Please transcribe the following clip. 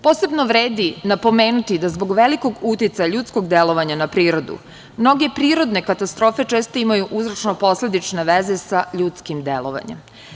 Posebno vredi napomenuti da zbog velikog uticaja ljudskog delovanja na prirodu, mnoge prirodne katastrofe često imaju uzročno-posledične veze sa ljudskim delovanjem.